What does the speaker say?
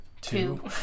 Two